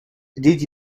did